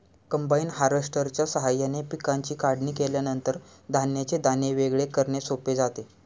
combine हार्वेस्टरच्या साहाय्याने पिकांची काढणी केल्यानंतर धान्याचे दाणे वेगळे करणे सोपे जाते